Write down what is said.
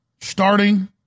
Starting